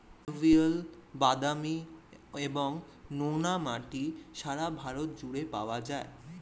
alluvial, বাদামি এবং নোনা মাটি সারা ভারত জুড়ে পাওয়া যায়